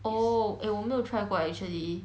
oh eh 我没有 try 过 actually